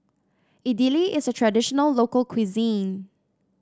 idili is a traditional local cuisine